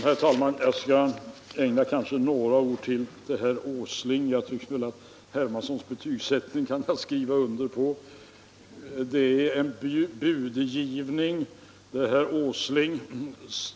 Herr talman! Jag skall ägna några ord åt herr Åsling. Jag kan skriva under på herr Hermanssons betygsättning. Det är en kraftig budgivning herr Åsling för.